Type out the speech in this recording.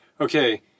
okay